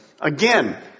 Again